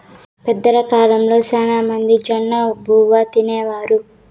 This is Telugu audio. పెద్దల కాలంలో శ్యానా మంది జొన్నబువ్వ తినేవారు